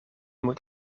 moet